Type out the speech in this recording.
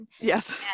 Yes